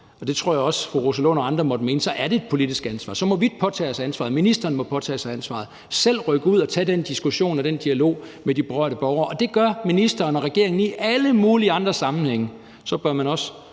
Det tror jeg også at fru Rosa Lund og andre måtte mene, altså at så er det et politisk ansvar. Så må vi påtage os ansvaret. Ministeren må påtage sig ansvaret og selv rykke ud og tage den diskussion og den dialog med de berørte borgere. Det gør ministeren og regeringen i alle mulige andre sammenhænge, og så bør man også